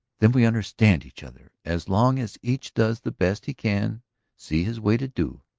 then we understand each other? as long as each does the best he can see his way to do,